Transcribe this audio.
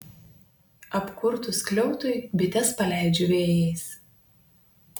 apkurtus skliautui bites paleidžiu vėjais